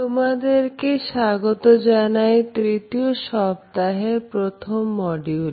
তোমাদেরকে স্বাগত জানাই তৃতীয় সপ্তাহের প্রথম মডিউলে